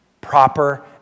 Proper